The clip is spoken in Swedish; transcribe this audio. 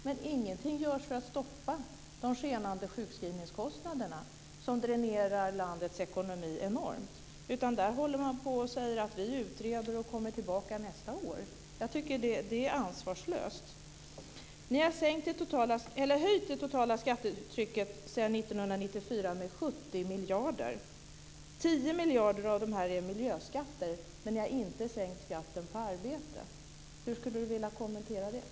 Men ingenting görs för att stoppa de skenande sjukskrivningskostnaderna som dränerar landets ekonomi enormt mycket. Man utreder och säger att man kommer tillbaka nästa år. Jag tycker att det är ansvarslöst. Ni har höjt det totala skattetrycket sedan 1994 med 70 miljarder, varav 10 miljarder är miljöskatter. Men ni har inte sänkt skatten på arbete. Hur skulle Per-Olof Svensson vilja kommentera det?